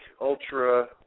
ultra